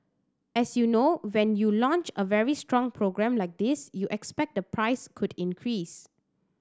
as you know when you launch a very strong program like this you expect the price could increase